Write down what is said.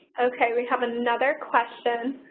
okay, we have another question.